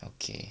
okay